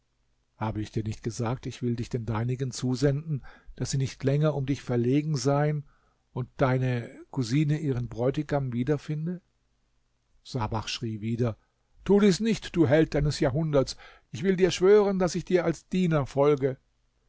habe ich dir nicht gesagt ich will dich den deinigen zusenden daß sie nicht länger um dich verlegen seien und deine cousine ihren bräutigam wiederfinde sabach schrie wieder tu dies nicht du held deines jahrhunderts ich will dir schwören daß ich dir als diener folge